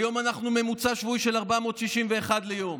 והיום אנחנו עם ממוצע שבועי של 461 ליום.